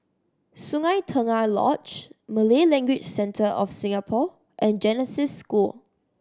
Sungei Tengah Lodge Malay Language Centre of Singapore and Genesis School